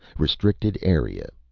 restricted area.